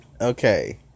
Okay